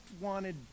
wanted